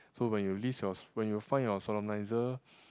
so when you list your when you find your solemniser